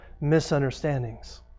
misunderstandings